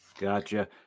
Gotcha